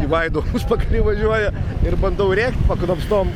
į vaido užpakalį važiuoja ir bandau rėk knopstom